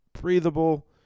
breathable